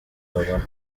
babona